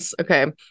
Okay